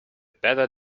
better